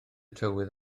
tywydd